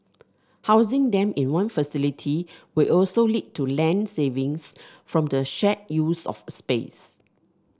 housing them in one facility will also lead to land savings from the shared use of space